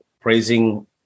praising